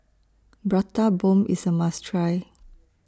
Prata Bomb IS A must Try